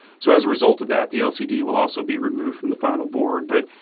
so, as a result of that, the lcd will also be removed from the final board. but,